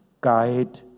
guide